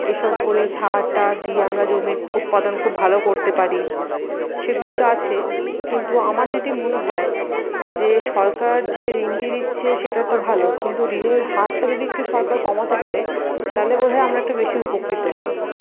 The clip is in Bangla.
এসব করে সার টার দিয়ে আমরা জমির উৎপাদন খুব ভালো করতে পারি সেগুলি তো আছে কিন্তু আমার যেটি মনে হয় যে সরকার যে ঋণটি দিচ্ছে সেটা তো ভালো কিন্তু ঋণের হারটা যদি একটু সরকার কমাতে পারে তাহলে বোধ হয় আমরা একটু বেশি উপকৃত হই